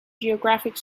geographic